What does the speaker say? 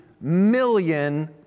million